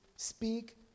speak